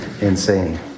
insane